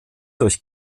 durch